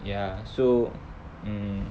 ya so mm